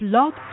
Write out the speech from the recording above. Blog